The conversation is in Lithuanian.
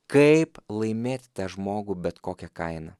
kaip laimėti tą žmogų bet kokia kaina